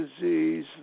disease